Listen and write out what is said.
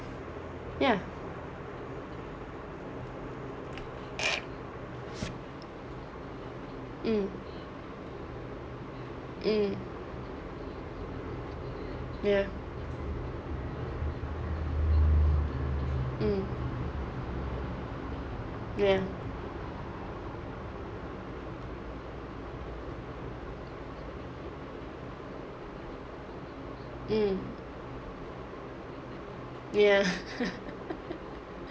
ya mm mm ya mm ya mm ya